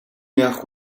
яах